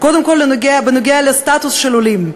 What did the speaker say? קודם כול, בנוגע לסטטוס של עולים,